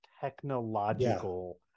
technological